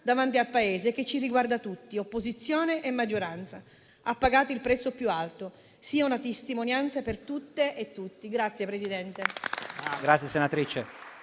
davanti al Paese e che ci riguarda tutti, opposizione e maggioranza. Ha pagato il prezzo più alto: sia una testimonianza per tutte e tutti.